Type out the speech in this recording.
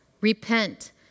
repent